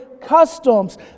customs